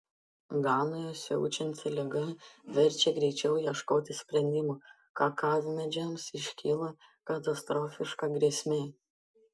ganoje siaučianti liga verčia greičiau ieškoti sprendimų kakavmedžiams iškilo katastrofiška grėsmė